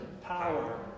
power